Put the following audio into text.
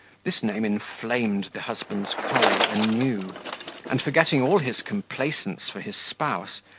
this name inflamed the husband's choler anew and, forgetting all his complaisance for his spouse,